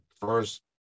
first